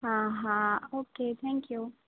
હા હા okay thank you